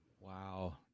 Wow